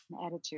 attitude